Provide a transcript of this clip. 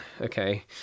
okay